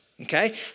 okay